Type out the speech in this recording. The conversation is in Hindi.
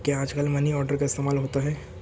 क्या आजकल मनी ऑर्डर का इस्तेमाल होता है?